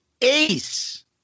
Ace